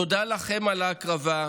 תודה לכם על ההקרבה,